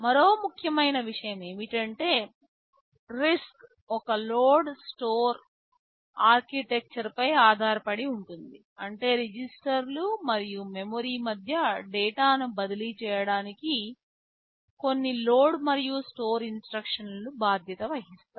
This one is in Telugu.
మరో ముఖ్యమైన విషయం ఏమిటంటే RISC ఒక లోడ్ స్టోర్ ఆర్కిటెక్చర్loadstore architecture పై ఆధారపడి ఉంటుంది అంటే రిజిస్టర్లు మరియు మెమరీ మధ్య డేటాను బదిలీ చేయడానికి కొన్ని లోడ్ మరియు స్టోర్ ఇన్స్ట్రక్షన్లు బాధ్యత వహిస్తాయి